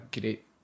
great